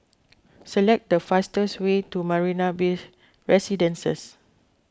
select the fastest way to Marina Bays Residences